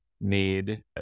need